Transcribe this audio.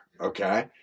okay